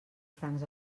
francs